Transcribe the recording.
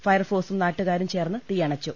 ഫയർഫോഴ്സും നാട്ടുകാരും ചേർന്ന് തീയണച്ചു